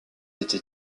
été